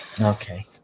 okay